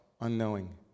unknowing